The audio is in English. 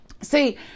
See